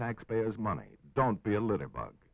taxpayers money don't be a little bug